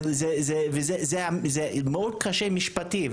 זה מאוד קשה משפטי.